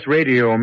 Radio